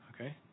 Okay